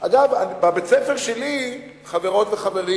אגב, בבית-הספר שלי, חברות וחברים,